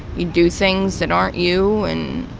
you do things that aren't you. and